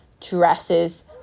dresses